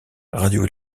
radio